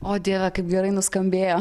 o dieve kaip gerai nuskambėjo